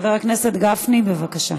חבר הכנסת גפני, בבקשה.